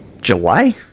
July